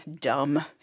dumb